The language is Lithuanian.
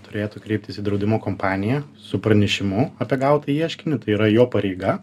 turėtų kreiptis į draudimo kompaniją su pranešimu apie gautą ieškinį tai yra jo pareiga